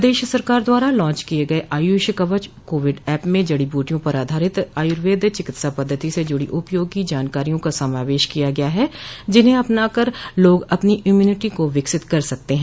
प्रदेश सरकार द्वारा लॉन्च किए गए आयुष कवच कोविड एप में जड़ी बूटियों पर आधारित आयुर्वेद चिकित्सा पद्वति से जुडो उपयोगी जानकारियों का समावेश किया गया है जिन्हें अपनाकर लोग अपनी इम्यूनिटी को विकसित कर सकते हैं